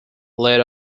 led